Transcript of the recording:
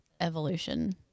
evolution